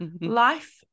life